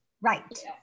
right